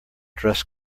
dress